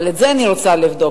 אבל את זה אני רוצה לבדוק,